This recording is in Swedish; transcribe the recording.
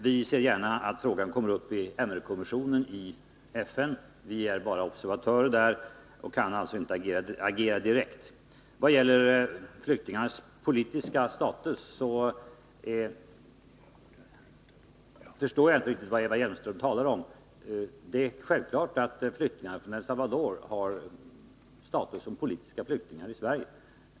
Vi ser gärna att frågan kommer upp i MR-kommissionen i FN; vi är bara observatörer där och kan alltså inte agera direkt. I vad gäller flyktingarnas politiska status förstår jag inte riktigt vad Eva Hjelmström talar om. Det är självklart att flyktingar från El Salvador har status som politiska flyktingar i Sverige.